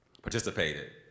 participated